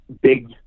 big